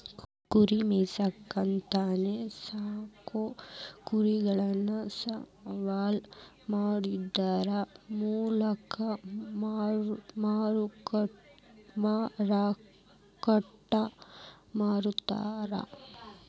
ಕುರಿ ಮಾಂಸಕ್ಕ ಅಂತಾನೆ ಸಾಕೋ ಕುರಿಗಳನ್ನ ಸವಾಲ್ ಮಾಡೋದರ ಮೂಲಕ ಮಾರಾಟ ಮಾಡ್ತಾರ